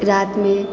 रातिमे